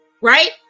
right